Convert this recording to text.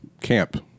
camp